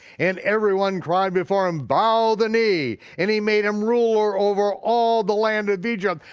and everyone cried before him, bow the knee, and he made him ruler over all the land of egypt.